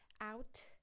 out